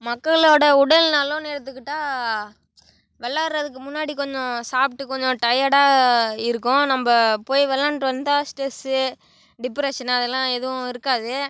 மக்களோட உடல் நலனு எடுத்துக்கிட்டால் விளாடறதுக்கு முன்னாடி கொஞ்ச சாப்பிடு கொஞ்ச டயடாக இருக்கும் நம்ப போய் விளாண்ட்டு வந்தால் ஸ்ட்ரெஸு டிப்ரஷனு அதெல்லாம் எதுவும் இருக்காது